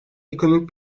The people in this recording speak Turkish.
ekonomik